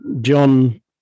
John